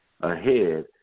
ahead